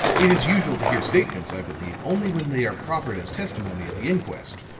it is usual to hear statements, i believe, only when they are proffered as testimony at the inquest.